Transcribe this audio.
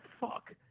fuck